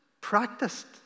practiced